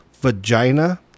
vagina